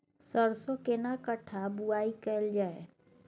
सरसो केना कट्ठा बुआई कैल जाय?